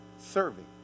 Serving